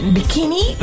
Bikini